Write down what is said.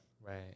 Right